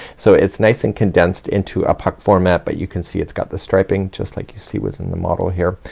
so it's nice and condensed into a pock format. but you can see it's got the striping, just like you see within the model here.